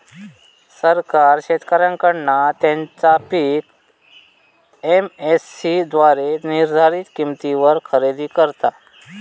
सरकार शेतकऱ्यांकडना त्यांचा पीक एम.एस.सी द्वारे निर्धारीत किंमतीवर खरेदी करता